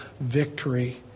victory